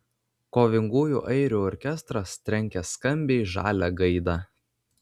kovingųjų airių orkestras trenkia skambiai žalią gaidą